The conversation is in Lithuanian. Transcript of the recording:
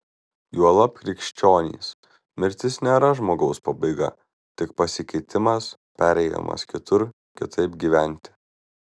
juolab krikščionys mirtis nėra žmogaus pabaiga tik pasikeitimas perėjimas kitur kitaip gyventi